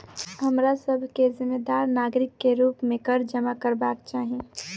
हमरा सभ के जिम्मेदार नागरिक के रूप में कर जमा करबाक चाही